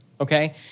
okay